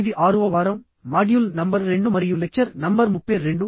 ఇది 6 వ వారంమాడ్యూల్ నంబర్ 2 మరియు లెక్చర్ నంబర్ 32